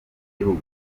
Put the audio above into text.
gihugu